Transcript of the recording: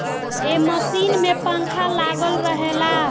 ए machine में पंखा लागल रहेला